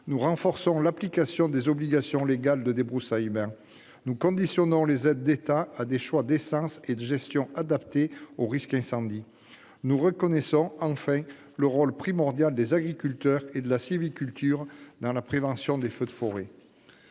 Nous renforçons l'application des obligations légales de débroussaillement. Nous conditionnons les aides d'État à des choix d'essences et de gestion adaptés au risque incendie. Nous reconnaissons, enfin, le rôle primordial des agriculteurs et de la sylviculture dans la prévention des feux de forêt.